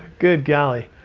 good golly,